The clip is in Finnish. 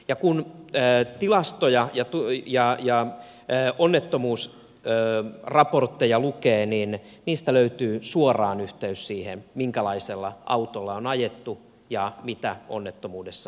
ja kun tilastoja ja onnettomuusraportteja lukee niin niistä löytyy suoraan yhteys siihen minkälaisella autolla on ajettu ja mitä onnettomuudessa on tapahtunut